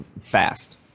fast